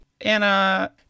Anna